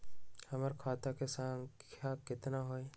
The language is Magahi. हमर खाता के सांख्या कतना हई?